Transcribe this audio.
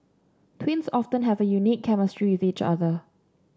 twins often have a unique chemistry with each other